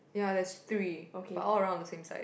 ya there's three but all around the same side